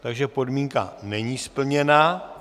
Takže podmínka není splněna.